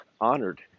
honored